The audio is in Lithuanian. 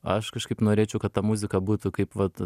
aš kažkaip norėčiau kad ta muzika būtų kaip vat